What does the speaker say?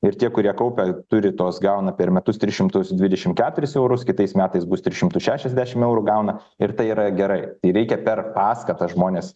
ir tie kurie kaupia turi tos gauna per metus tris šimtus dvidešim keturis eurus kitais metais bus tris šimtus šešiasdešim eurų gauna ir tai yra gerai ir reikia per paskatas žmones